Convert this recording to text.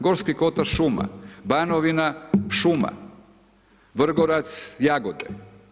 Gorski kotar – šuma, Banovina – šuma, Vrgorac – jagode.